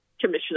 commissioner